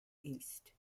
east